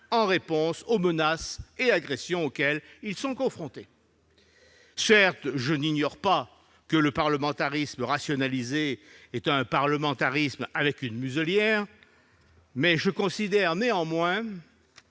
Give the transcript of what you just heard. en réponse aux menaces et agressions auxquelles ils sont confrontés. Certes, je n'ignore pas que le parlementarisme « rationalisé » est un parlementarisme avec une muselière. Je considère néanmoins